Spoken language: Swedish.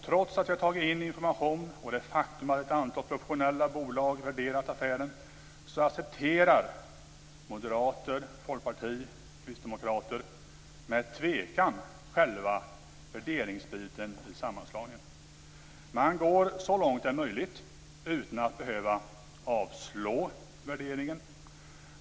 Trots att vi har tagit in information, och trots det faktum att ett antal professionella bolag värderat affären, accepterar moderater, folkpartister och kristdemokrater endast med tvekan själva värderingsbiten i sammanslagningen. Man går så långt det är möjligt utan att behöva avslå värderingen.